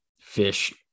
fish